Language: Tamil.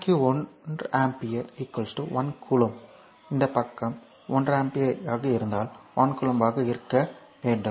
வினாடிக்கு 1 ஆம்பியர் 1 கூலொம்ப் இந்த பக்கம் 1 ஆம்பியர் ஆக இருந்தால் 1 கூலொம்ப் ஆக இருக்க வேண்டும்